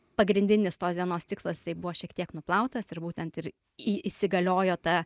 pagrindinis tos dienos tikslas tai buvo šiek tiek nuplautas ir būtent ir į įsigaliojo ta